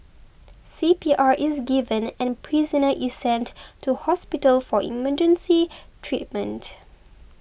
C P R is given and prisoner is sent to hospital for emergency treatment